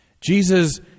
Jesus